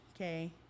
okay